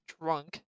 drunk